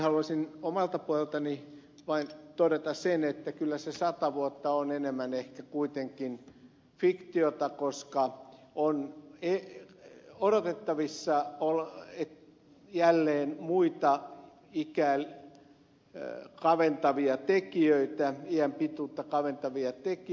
haluaisin omalta puoleltani vain todeta sen että kyllä se sata vuotta on enemmän ehkä kuitenkin fiktiota koska odotettavissa on jälleen muita iän pituutta kaventavia tekijöitä